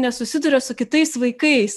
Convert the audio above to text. nesusiduria su kitais vaikais